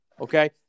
okay